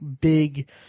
big